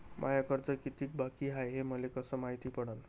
माय कर्ज कितीक बाकी हाय, हे मले कस मायती पडन?